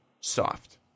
soft